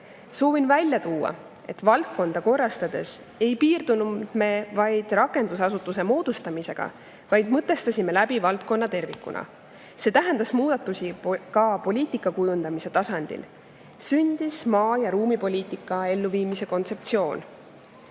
välja tuua, et valdkonda korrastades ei piirdunud me vaid rakendusasutuse moodustamisega, vaid mõtestasime valdkonda tervikuna. See tähendab muudatusi ka poliitika kujundamise tasandil. Sündis maa‑ ja ruumipoliitika elluviimise kontseptsioon.